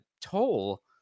toll